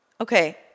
Okay